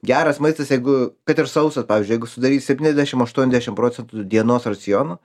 geras maistas jeigu kad ir sausas pavyzdžiui jeigu sudarys septyniasdešim aštuoniasdešim procentų dienos raciono